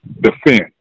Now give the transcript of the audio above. defend